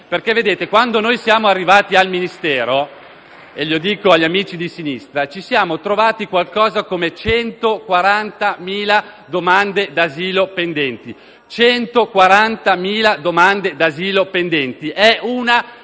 M5S)*. Vedete, quando noi siamo arrivati al Ministero - e lo dico agli amici di sinistra - ci siamo trovati qualcosa come 140.000 domande d'asilo pendenti; ripeto, 140.000 domande d'asilo pendenti: è una